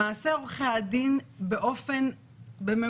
למעשה, עורכי הדין, בממוצע,